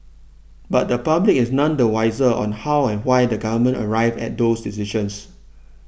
but the public is none the wiser on how and why the Government arrived at do those decisions